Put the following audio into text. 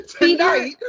tonight